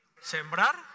Sembrar